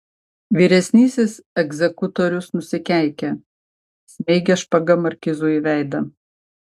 vyresnysis egzekutorius nusikeikė smeigė špaga markizui į veidą